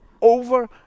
Over